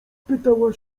spytała